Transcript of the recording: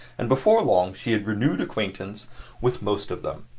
and before long she had renewed acquaintance with most of them.